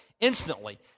instantly